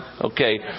Okay